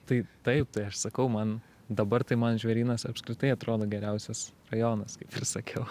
tai taip tai aš sakau man dabar tai man žvėrynas apskritai atrodo geriausias rajonas kaip ir sakiau